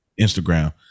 Instagram